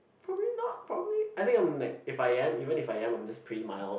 probably not probably I think I'm like if I am even if I am I'm just like pretty mild